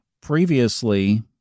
previously